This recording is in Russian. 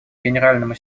генеральному